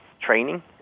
training